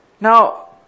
Now